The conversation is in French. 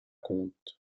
compte